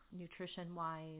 nutrition-wise